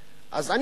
אז אני חושב